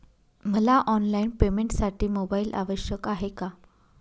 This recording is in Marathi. मला ऑनलाईन पेमेंटसाठी मोबाईल आवश्यक आहे का?